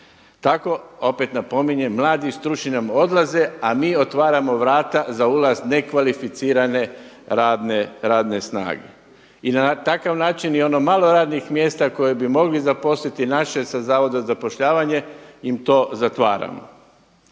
tako opet napominjem mladi stručni nam odlaze, a mi otvaramo vrata za ulaz nekvalificirane radne snage. I na takav način i ono malo radnih mjesta koje bi mogli zaposliti naše sa Zavoda za zapošljavanje im to zatvaramo.